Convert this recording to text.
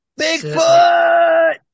Bigfoot